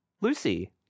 Lucy